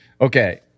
Okay